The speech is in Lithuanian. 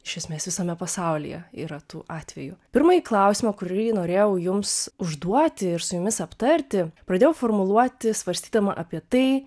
iš esmės visame pasaulyje yra tų atvejų pirmąjį klausimą kurį norėjau jums užduoti ir su jumis aptarti pradėjau formuluoti svarstydama apie tai